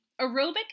aerobic